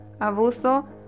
abuso